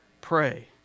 Pray